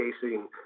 casing